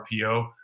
RPO